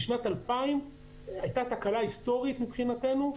בשנת 2000 הייתה תקלה היסטורית מבחינתנו,